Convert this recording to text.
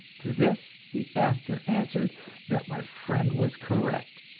to this the actor answered that my friend was correct,